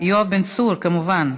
יואב בן צור, כמובן.